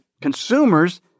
consumers